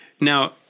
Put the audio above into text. now